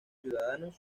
ciudadanos